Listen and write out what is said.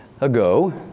ago